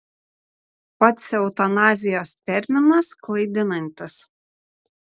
pats eutanazijos terminas klaidinantis